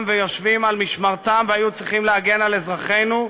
ויושבים על משמרתם והיו צריכים להגן על אזרחינו,